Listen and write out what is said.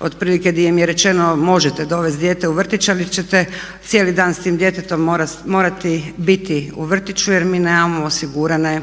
otprilike gdje im je rečeno možete dovesti dijete u vrtić ali ćete cijeli dan sa tim djetetom morati biti u vrtiću jer mi nemamo osigurane